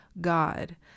God